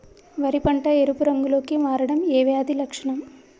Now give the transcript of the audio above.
వరి పంట ఎరుపు రంగు లో కి మారడం ఏ వ్యాధి లక్షణం?